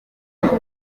minsi